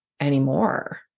anymore